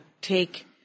take –